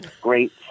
great